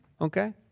okay